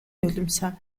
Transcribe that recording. нулимсаа